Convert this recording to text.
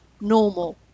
normal